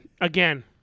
again